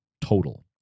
total